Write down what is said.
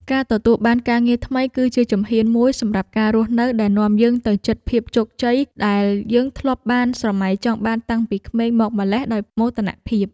ការទទួលបានការងារថ្មីគឺជាជំហានមួយសម្រាប់ការរស់នៅដែលនាំយើងទៅជិតភាពជោគជ័យដែលយើងធ្លាប់បានស្រមៃចង់បានតាំងពីក្មេងមកម្ល៉េះដោយមោទនភាព។